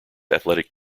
athletic